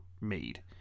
made